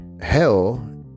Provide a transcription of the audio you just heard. hell